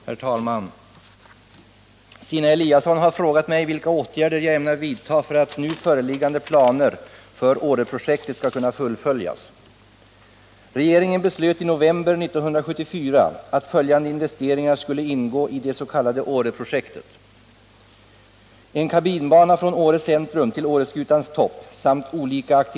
Herr talman! Stina Eliasson har frågat mig vilka åtgärder jag ämnar vidta för att nu föreliggande planer för Åreprojektet skall kunna fullföljas. Regeringen beslöt i november 1974 att följande investeringar skulle ingå i det s.k. Åreprojektet.